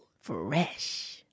Fresh